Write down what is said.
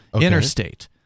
interstate